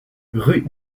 rue